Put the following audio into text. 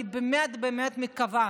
אני באמת באמת מקווה